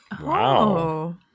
Wow